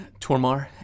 Tormar